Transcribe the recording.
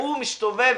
הוא מסתובב